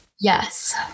Yes